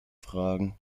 fragen